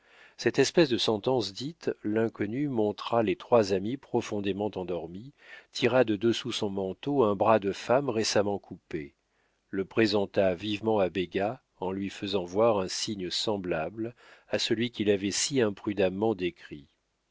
cette espèce de sentence dite l'inconnu montra les trois amis profondément endormis tira de dessous son manteau un bras de femme récemment coupé le présenta vivement à béga en lui faisant voir un signe semblable à celui qu'il avait si imprudemment décrit